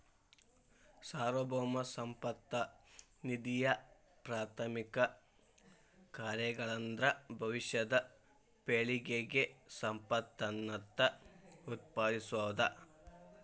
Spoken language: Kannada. ಸಾರ್ವಭೌಮ ಸಂಪತ್ತ ನಿಧಿಯಪ್ರಾಥಮಿಕ ಕಾರ್ಯಗಳಂದ್ರ ಭವಿಷ್ಯದ ಪೇಳಿಗೆಗೆ ಸಂಪತ್ತನ್ನ ಉತ್ಪಾದಿಸೋದ